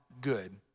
good